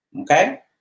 okay